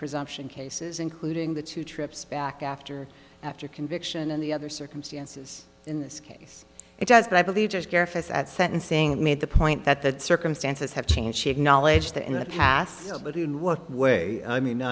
presumption cases including the two trips back after after conviction and the other circumstances in this case it does but i believe that sentencing made the point that the circumstances have changed she acknowledged that in the past but in what way i mean